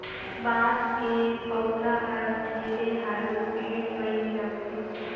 बांस के पउधा हर ढेरे हालू पेड़ बइन जाथे